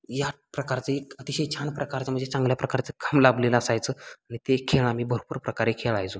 या प्रकारचे एक अतिशय छान प्रकारचं म्हणजे चांगल्या प्रकारचं खम लाभलेला असायचं आणि ते खेळ आम्ही भरपूर प्रकारे खेळायचो